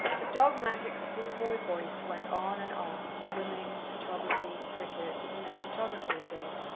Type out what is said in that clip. the dogmatic schoolboy voice went on and on swimming, photography, cricket, and then photography again.